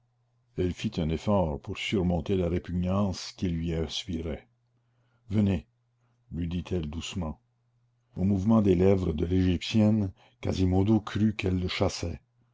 elle fit un effort pour surmonter la répugnance qu'il lui inspirait venez lui dit-elle doucement au mouvement des lèvres de l'égyptienne quasimodo crut qu'elle le chassait